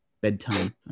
bedtime